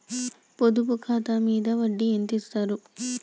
పొదుపు ఖాతా మీద వడ్డీ ఎంతిస్తరు?